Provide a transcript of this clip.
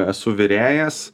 esu virėjas